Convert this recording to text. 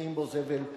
ושופכים בו זבל,